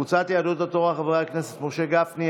קבוצת סיעת יהדות התורה: חברי הכנסת משה גפני,